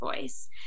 voice